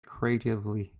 creatively